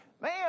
Man